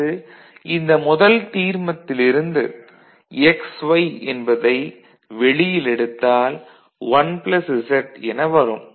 அடுத்து இந்த முதல் தீர்மத்திலிருந்து xy என்பதை வெளியில் எடுத்தால் 1 z என வரும்